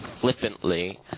flippantly